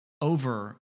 over